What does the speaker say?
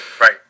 Right